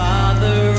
Father